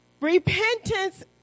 Repentance